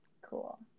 Cool